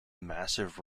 massive